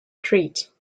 treat